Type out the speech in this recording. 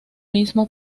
mismo